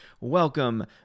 Welcome